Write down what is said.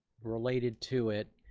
related to it,